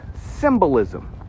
symbolism